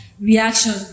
reaction